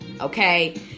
okay